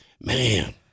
man